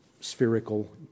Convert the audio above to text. spherical